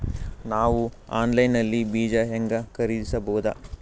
ನಾವು ಆನ್ಲೈನ್ ನಲ್ಲಿ ಬೀಜ ಹೆಂಗ ಖರೀದಿಸಬೋದ?